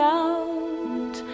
out